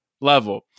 level